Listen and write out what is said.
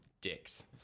dicks